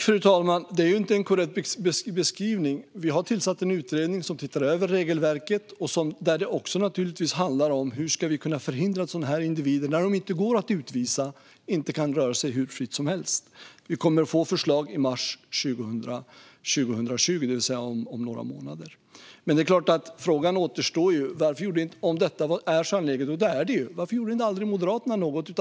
Fru talman! Det är inte en korrekt beskrivning. Vi har tillsatt en utredning som ser över regelverket. Där handlar det naturligtvis också om hur vi ska kunna förhindra att individer som inte går att utvisa kan röra sig fritt hur som helst. Vi kommer att få förslag i mars 2020, det vill säga om några månader. Det är klart att frågan återstår: Om detta är så angeläget, och det är det ju, varför gjorde aldrig Moderaterna något?